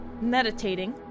meditating